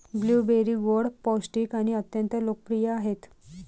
blueberry गोड, पौष्टिक आणि अत्यंत लोकप्रिय आहेत